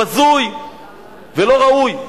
בזוי ולא ראוי.